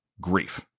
grief